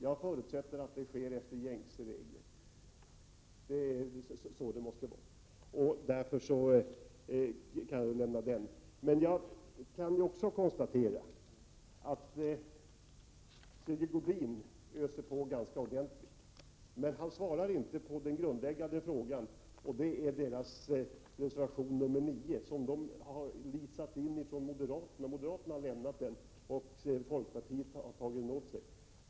Jag förutsätter att det sker efter gängse regler — så måste det vara. Jag kan konstatera att Sigge Godin öser på ganska ordentligt. Men han svarar inte på den grundläggande frågan beträffande reservation 9, som folkpartiet så att säga har leasat in, eftersom den bygger på att en reservation som moderaterna har undertecknat skall bifallas.